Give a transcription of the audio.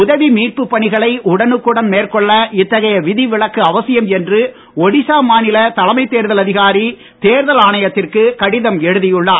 உதவி மீட்பு பணிகளை உடனுக்குடன் மேற்கொள்ள இத்தகைய விதிவிலக்கு அவசியம் என்று ஒடிசா மாநில தலைமைத் தேர்தல் அதிகாரி தேர்தல் ஆணையத்திற்கு கடிதம் எழுதியுள்ளார்